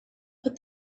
put